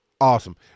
awesome